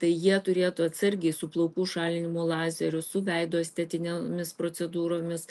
tai jie turėtų atsargiai su plaukų šalinimo lazeriu su veido estetinėmis procedūromis